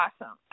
awesome